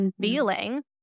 feeling